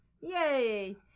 Yay